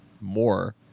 more